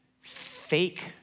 fake